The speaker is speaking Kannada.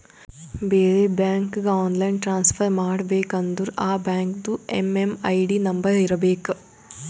ಬೇರೆ ಬ್ಯಾಂಕ್ಗ ಆನ್ಲೈನ್ ಟ್ರಾನ್ಸಫರ್ ಮಾಡಬೇಕ ಅಂದುರ್ ಆ ಬ್ಯಾಂಕ್ದು ಎಮ್.ಎಮ್.ಐ.ಡಿ ನಂಬರ್ ಇರಬೇಕ